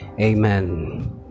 amen